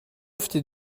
افته